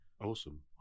awesome